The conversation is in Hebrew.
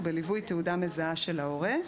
ובליווי תעודה מזהה של ההורה.